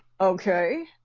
Okay